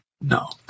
no